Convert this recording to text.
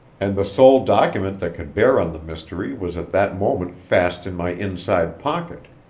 and the sole document that could bear on the mystery was at that moment fast in my inside pocket.